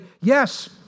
yes